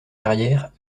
carrière